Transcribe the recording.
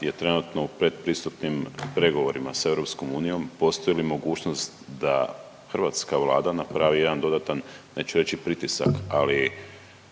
je trenutno u predpristupnim pregovorima sa EU postoji li mogućnost da hrvatska Vlada napravi jedan dodatan, neću reći pritisak ali